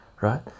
right